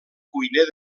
cuiner